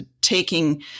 taking